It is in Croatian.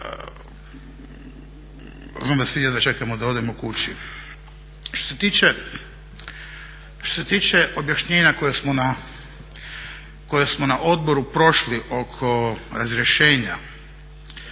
znam da svi jedva čekamo da odemo kući. Što se tiče objašnjenja koja smo na odboru prošli oko razrješenja,